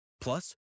Plus